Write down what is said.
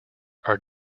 are